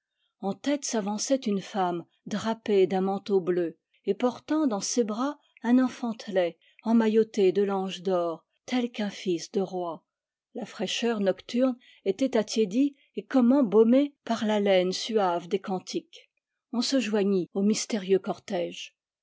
en tête s'avançait une femme drapée d'un manteau bleu et portant dans ses bras un enfantelet emmailloté de langes d'or tel qu'un fils de roi la fraîcheur nocturne était attiédie et comme embaumée par l'haleine suave des cantiques on se joignit au mystérieux cortège